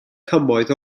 cymoedd